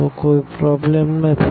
તો કોઈ પ્રોબ્લેમ નથી